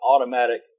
automatic